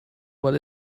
what